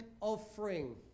offering